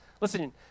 Listen